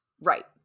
Right